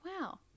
wow